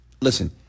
listen